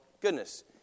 goodness